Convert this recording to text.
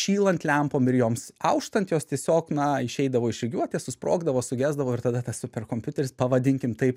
šylant lempom ir joms auštant jos tiesiog na išeidavo iš rikiuotės susprogdavo sugesdavo ir tada tas superkompiuteris pavadinkim taip